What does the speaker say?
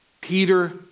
Peter